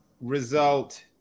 result